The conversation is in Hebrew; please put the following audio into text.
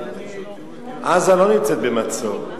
עזה לא נמצאת במצור.